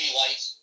lights